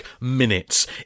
minutes